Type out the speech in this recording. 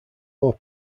more